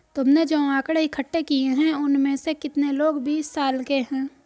तुमने जो आकड़ें इकट्ठे किए हैं, उनमें से कितने लोग बीस साल के हैं?